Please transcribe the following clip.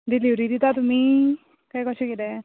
delivery दिता तुमी काय कशें कितें